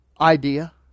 idea